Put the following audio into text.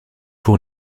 pour